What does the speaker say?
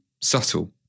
subtle